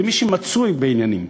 כמי שמצוי בעניינים,